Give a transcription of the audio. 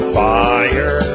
fire